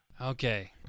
Okay